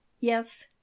Yes